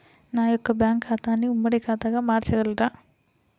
నా యొక్క బ్యాంకు ఖాతాని ఉమ్మడి ఖాతాగా మార్చగలరా?